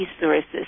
resources